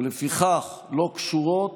ולפיכך לא קשורות